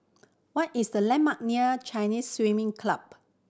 what is the landmark near Chinese Swimming Club